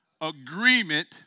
agreement